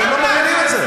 ואתם לא מבינים את זה.